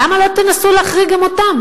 למה לא תנסו להחריג גם אותם?